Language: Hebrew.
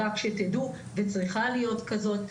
וצריכה להיות כזו.